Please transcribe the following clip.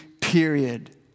period